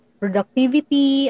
productivity